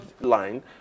line